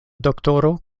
doktoro